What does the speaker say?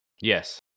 yes